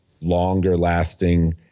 longer-lasting